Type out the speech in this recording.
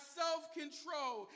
self-control